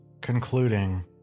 concluding